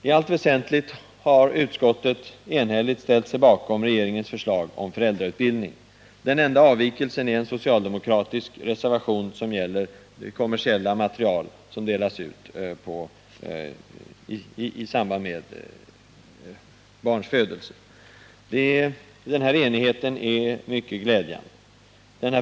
I allt väsentligt har utskottet enhälligt ställt sig bakom regeringens förslag om föräldrautbildning. Den enda avvikelsen är en socialdemokratisk reservation som gäller kommersiellt material som delas ut i samband med barns födelse. Enigheten är mycket glädjande.